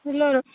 hello